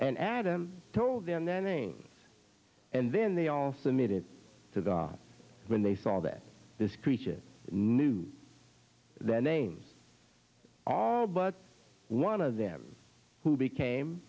and adam told them their name and then they also made it to the when they saw that this creature knew their names all but one of them who became